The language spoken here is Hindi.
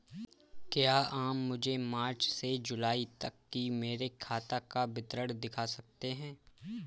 क्या आप मुझे मार्च से जूलाई तक की मेरे खाता का विवरण दिखा सकते हैं?